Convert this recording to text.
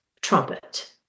Trumpet